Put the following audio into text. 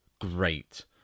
great